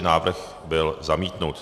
Návrh byl zamítnut.